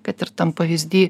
kad ir tam pavyzdy